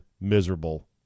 miserable